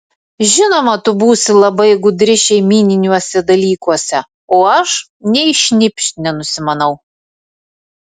žinoma tu būsi labai gudri šeimyniniuose dalykuose o aš nei šnypšt nenusimanau